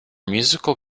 musical